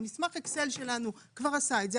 מסמך אקסל שלנו כבר עשה את זה,